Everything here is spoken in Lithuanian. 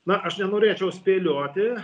na aš nenorėčiau spėlioti